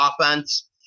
offense